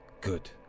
Good